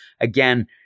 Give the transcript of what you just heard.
again